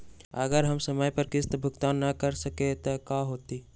अगर हम समय पर किस्त भुकतान न कर सकवै त की होतै?